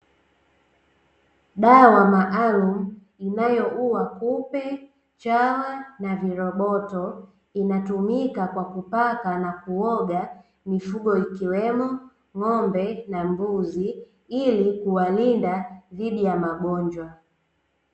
Dawa maalumu inayoua kupe, chawa, na viroboto. Inatumika kwa kupaka na kuoga mifugo, ikiwemo ng'ombe na mbuzi, ili kuwalinda dhidi ya magonjwa.